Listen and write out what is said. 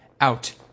out